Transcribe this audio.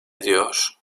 ediyor